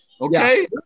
Okay